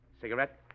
Cigarette